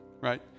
Right